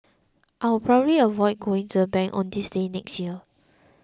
I will probably avoid going to the bank on this day next year